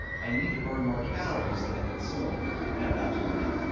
i need to burn more calories than i consume and i'm not doing that.